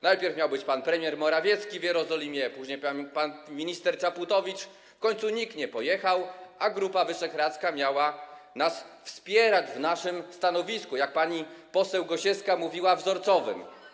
Najpierw miał być pan premier Morawiecki w Jerozolimie, później pan minister Czaputowicz, w końcu nikt nie pojechał, a Grupa Wyszehradzka miała nas wspierać w naszym stanowisku, jak pani poseł Gosiewska mówiła, wzorcowym.